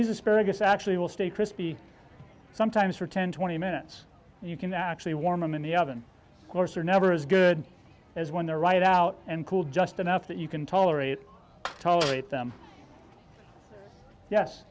these asparagus actually will stay crispy sometimes for ten twenty minutes and you can actually warm in the oven of course are never as good as when they're right out and cool just enough that you can tolerate tolerate them yes